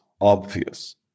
obvious